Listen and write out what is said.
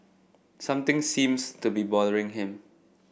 something seems to be bothering him